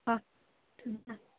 ꯍꯣꯏ ꯊꯝꯃꯦ ꯊꯝꯃꯦ